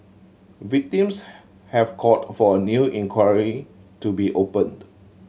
victims have called for a new inquiry to be opened